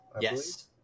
Yes